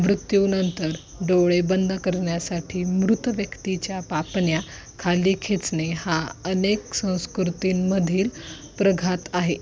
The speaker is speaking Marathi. मृत्यूनंतर डोळे बंद करण्यासाठी मृत व्यक्तीच्या पापण्या खाली खेचणे हा अनेक संस्कृतींमधील प्रघात आहे